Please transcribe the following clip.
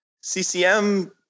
CCM